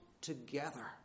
together